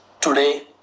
Today